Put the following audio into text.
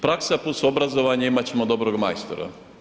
Praksa plus obrazovanje imat ćemo dobrog majstora.